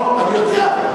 אני יודע.